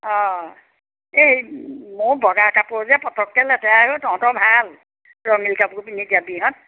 অঁ এই মোৰ বগা কাপোৰ যে পটককৈ লেতেৰা হয় অঁ তঁহতৰ ভাল ৰঙীণ কাপোৰ পিন্ধি যাবিহঁত